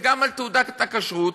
וגם על תעודת הכשרות,